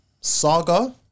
Saga